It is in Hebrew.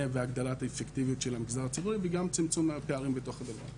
והגדלת האפקטיביות של המגזר הציבורי וגם צמצום הפערים בתוך הדבר הזה.